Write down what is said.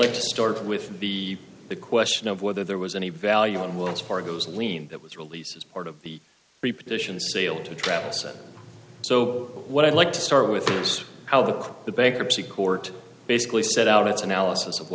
like to start with the question of whether there was any value in wells fargo's lien that was released as part of the three provisions sale to travel etc so what i'd like to start with is how the the bankruptcy court basically set out its analysis of